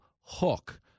hook